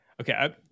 Okay